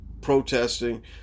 protesting